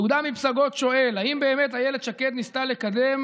יהודה מפסגות שואל אם באמת אילת שקד ניסתה לקדם